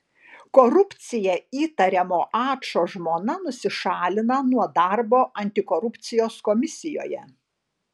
korupcija įtariamo ačo žmona nusišalina nuo darbo antikorupcijos komisijoje